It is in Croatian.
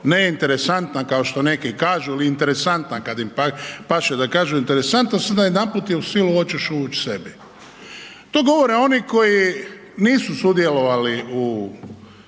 neinteresantna kao što neki kažu ili interesantna kad im paše da kažu interesantna, sad najedanput je u silu hoćeš uvuć sebi. To govore oni koji nisu sudjelovali u